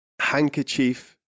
handkerchief